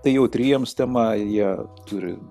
tai jautriems tema jie turi